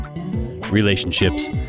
Relationships